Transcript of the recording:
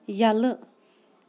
یَلہٕ